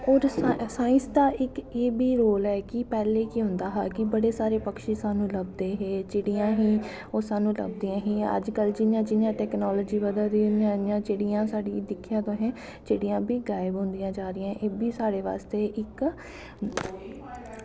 और सांईस दा इक एह् बी रोल ऐ कि पैह्लें कोेह् होंदा हा कि बड़े सारे पक्षी स्हानू लब्भदे हे चिड़ियां ही ओह् स्हानू लब्भदियां हां अज कल जियां जियां टैकनॉलजी बधा दी उआं उआं चिड़ियां साढ़ियां दिक्खेआ तुसें चिड़ियां बी गायब होंदियां जा दियां एह्बी साढ़े बास्तै इक